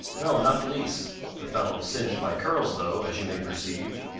no, not the least the fellow singed my curls though, as you may perceive.